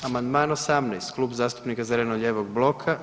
Amandman 18 Klub zastupnika zeleno-lijevog bloka.